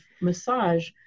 massage